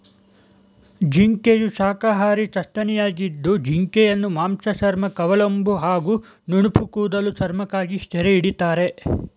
ಜಿಂಕೆಯು ಶಾಖಾಹಾರಿ ಸಸ್ತನಿಯಾಗಿದ್ದು ಜಿಂಕೆಯನ್ನು ಮಾಂಸ ಚರ್ಮ ಕವಲ್ಕೊಂಬು ಹಾಗೂ ನುಣುಪುಕೂದಲ ಚರ್ಮಕ್ಕಾಗಿ ಸೆರೆಹಿಡಿತಾರೆ